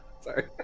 sorry